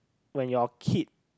when your kid